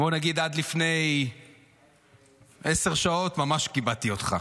בואו נגיד, עד לפני עשר שעות ממש כיבדתי אותך.